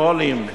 מו"לים,